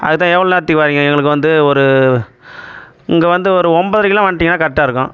அதுக்கு தான் எவ்வளோ நேரத்துக்கு வர்றீங்க எங்களுக்கு வந்து ஒரு இங்கே வந்து ஒரு ஒன்பதரைக்கெல்லாம் வந்துட்டீங்கன்னா கரெக்டாக இருக்கும்